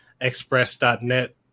Express.net